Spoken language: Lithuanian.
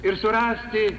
ir surasti